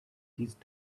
these